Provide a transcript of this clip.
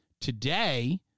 today